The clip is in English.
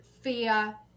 fear